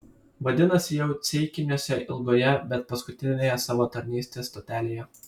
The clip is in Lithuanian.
vadinasi jau ceikiniuose ilgoje bet paskutinėje savo tarnystės stotelėje